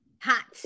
Hot